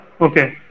Okay